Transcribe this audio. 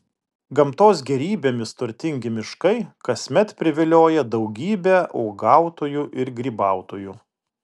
gamtos gėrybėmis turtingi miškai kasmet privilioja daugybę uogautojų ir grybautojų